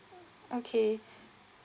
okay